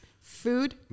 Food